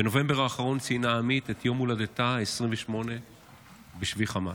בנובמבר האחרון ציינה עמית את יום הולדתה ה-28 בשבי חמאס.